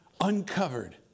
uncovered